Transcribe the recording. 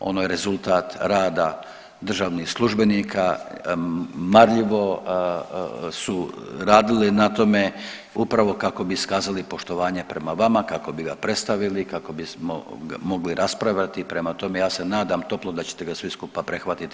Ono je rezultat rada državnih službenika, marljivo su radili na tome upravo kako bi iskazali poštovanje prema vama, kako bi ga predstavili, kako bismo ga mogli raspravljati, prema tome ja se nadam toplo da ćete ga svi skupa prihvatiti.